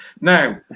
Now